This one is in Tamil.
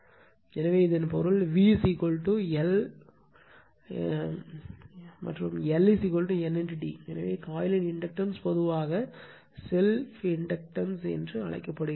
எனவே இதன் பொருள் v L மற்றும் L N d எனவே காயிலின் இண்டக்டன்ஸ் பொதுவாக செல்ப் இண்டக்டன்ஸ் என அழைக்கப்படுகிறது